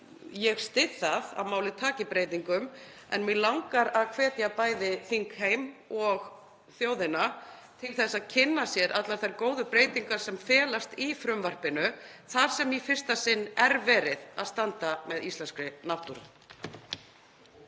Ég styð það að málið taki breytingum, en mig langar að hvetja bæði þingheim og þjóðina til að kynna sér allar þær góðu breytingar sem felast í frumvarpinu þar sem í fyrsta sinn er verið að standa með íslenskri náttúru.